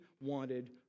wanted